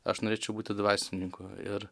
aš norėčiau būti dvasininku ir